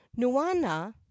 nuana